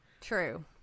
True